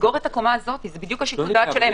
לסגור את הקומה הזאת זה בדיוק שיקול הדעת שלהם,